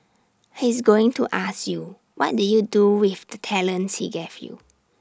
he's going to ask you what did you do with the talents he gave you